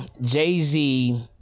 Jay-Z